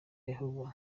yehova